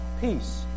peace